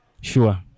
sure